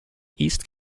east